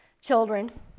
children